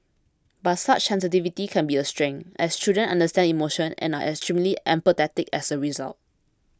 but such sensitivity can be a strength as children understand emotion and are extremely empathetic as a result